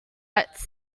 its